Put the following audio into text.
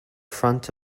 front